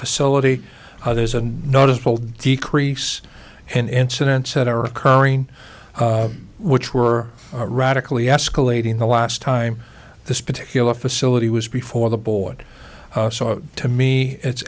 facility others are not it will decrease and incidents that are occurring which were radically escalating the last time this particular facility was before the board to me it's